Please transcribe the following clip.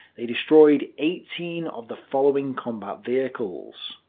they destroyed eighteen of the following combat vehicles.